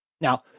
Now